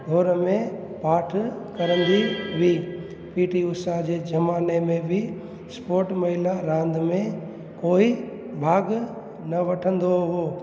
दौड़ में पार्ट करिंदी हुई पी टी उषा जे ज़माने में बि स्पोट महिला रांदि में कोई भाग न वठंदो हुओ